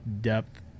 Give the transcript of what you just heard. depth